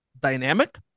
dynamic